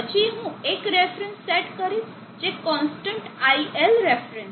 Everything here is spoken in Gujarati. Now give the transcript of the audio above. પછી હું એક રેફરન્સ સેટ કરીશ જે કોન્સ્ટન્ટ iL રેફરન્સ છે